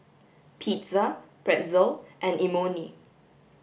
pizza pretzel and Imoni